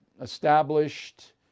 established